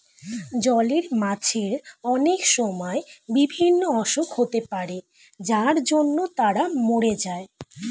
জলের মাছের অনেক সময় বিভিন্ন অসুখ হতে পারে যার জন্য তারা মোরে যায়